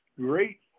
great